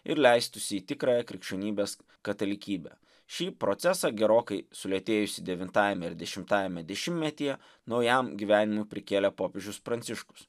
ir leistųsi į tikrąją krikščionybės katalikybę šį procesą gerokai sulėtėjusį devintajame ir dešimtajame dešimtmetyje naujam gyvenimui prikėlė popiežius pranciškus